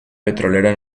petrolera